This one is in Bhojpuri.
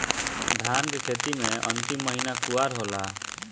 धान के खेती मे अन्तिम महीना कुवार होला?